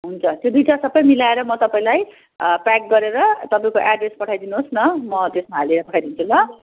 हुन्छ त्यो दुईटा सबै मिलाएर म तपाईँलाई प्याक गरेर तपाईँको एड्रेस पठाइदिनुहोस् न म त्यसमा हालेर पठाइदिन्छु ल